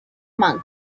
monk